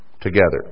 together